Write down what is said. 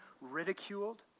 ridiculed